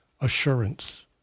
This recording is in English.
assurance